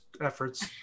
efforts